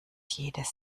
jedes